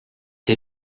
did